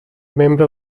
membre